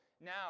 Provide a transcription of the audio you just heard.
now